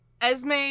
Esme